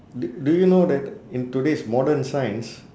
d~ do you know that in today's modern science